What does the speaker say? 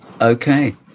Okay